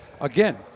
again